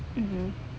(uh huh)